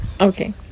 okay